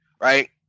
right